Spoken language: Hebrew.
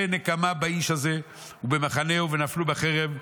עשה נקמה באיש הזה ובמחנהו ונפלו בחרב.